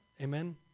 Amen